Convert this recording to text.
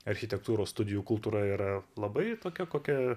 architektūros studijų kultūra yra labai tokia kokią